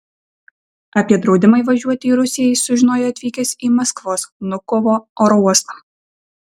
apie draudimą įvažiuoti į rusiją jis sužinojo atvykęs į maskvos vnukovo oro uostą